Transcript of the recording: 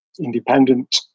independent